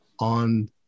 on